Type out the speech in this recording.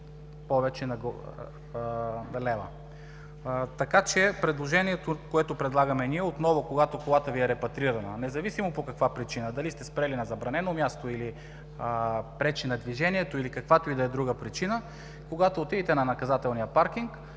повече лева. Предложението, което правим ние, отново, когато колата Ви е репатрирана, независимо по каква причина, дали сте спрели на забранено място или пречи на движението, или каквато и да е друга причина, когато отидете на наказателния паркинг,